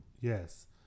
Yes